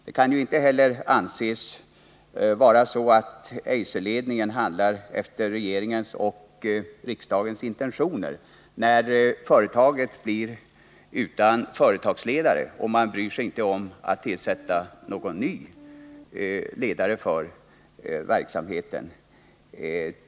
Man kan ju inte heller anse att Eiserledningen handlar enligt regeringens och riksdagens intentioner när företaget i Lycksele blir utan företagsledare och man inte bryr sig om att tillsätta någon ny ledare för verksamheten.